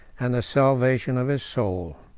and the salvation of his soul.